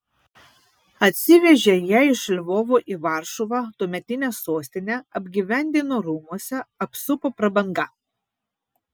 atsivežė ją iš lvovo į varšuvą tuometinę sostinę apgyvendino rūmuose apsupo prabanga